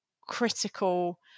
critical